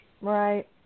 Right